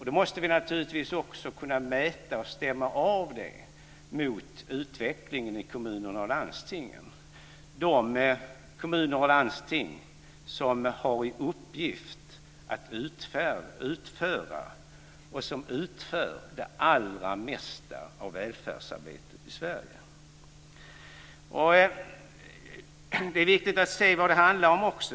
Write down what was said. Då måste vi naturligtvis också kunna mäta och stämma av det mot utvecklingen i kommunerna och landstingen - de kommuner och landsting som har i uppgift att utföra och som utför det allra mesta av välfärdsarbetet i Det är också viktigt att se vad det handlar om.